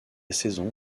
saison